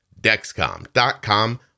dexcom.com